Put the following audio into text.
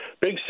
big